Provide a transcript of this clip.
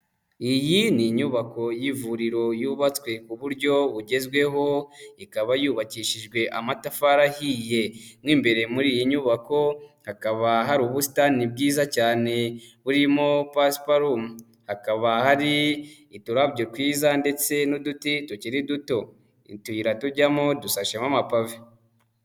Iyi ni inyubako y'ivuriro yubatswe ku buryo bugezweho, ikaba yubakishijwe amatafari ahiye mu imbere muri iyi nyubako hakaba hari ubusitani bwiza cyane burimo pasiparumu, hakaba hari uturabyo twiza ndetse n'uduti tukiri duto, utuyira tujyamo dusashemo amapave.